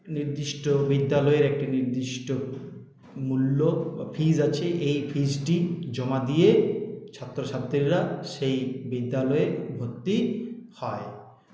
নির্দিষ্ট বিদ্যালয়ের একটি নির্দিষ্ট মূল্য বা ফিস আছে এই ফিসটি জমা দিয়ে ছাত্রছাত্রীরা সেই বিদ্যালয়ে ভর্তি হয়